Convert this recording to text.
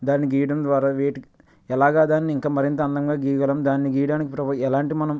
దాన్ని గీయడం ద్వారా వేటి ఎలాగ దాన్ని ఇంకా మరింత అందంగా గీయగలం దాన్ని గీయడానికి ప్ర ఎలాంటి మనం